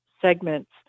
segments